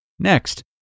Next